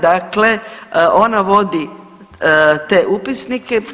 Dakle, ona vodi te upisnike.